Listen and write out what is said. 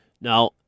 Now